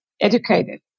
educated